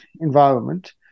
environment